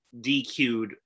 DQ'd